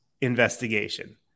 investigation